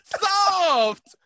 soft